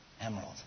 Emerald